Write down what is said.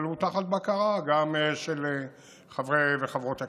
אבל הוא תחת בקרה גם של חברי וחברות הכנסת,